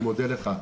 אני מודה לך,